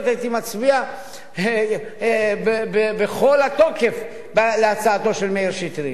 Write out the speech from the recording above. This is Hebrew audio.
הייתי מצביע בכל התוקף בעד הצעתו של מאיר שטרית,